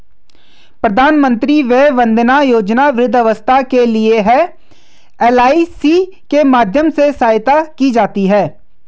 प्रधानमंत्री वय वंदना योजना वृद्धावस्था के लिए है, एल.आई.सी के माध्यम से सहायता की जाती है